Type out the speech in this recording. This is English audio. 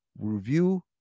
review